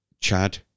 Chad